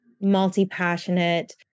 multi-passionate